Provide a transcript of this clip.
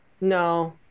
No